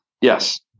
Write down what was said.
Yes